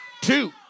Two